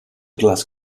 glass